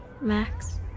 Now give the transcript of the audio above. Max